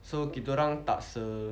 so kita orang tak se~